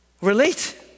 relate